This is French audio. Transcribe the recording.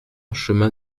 chemin